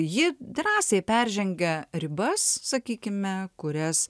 ji drąsiai peržengia ribas sakykime kurias